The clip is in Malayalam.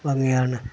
ഭംഗിയാണ്